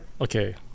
Okay